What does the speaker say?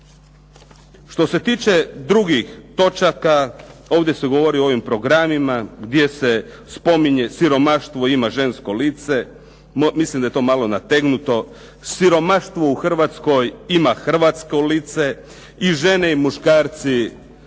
Što se tiče drugih točaka ovdje se govori o programima gdje se spominje siromaštvo ima žensko lice, mislim da je to malo nategnuto. Siromaštvo u Hrvatskoj ima Hrvatsko lice, i muškarci